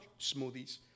smoothies